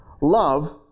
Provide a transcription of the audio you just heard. Love